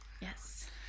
Yes